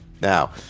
Now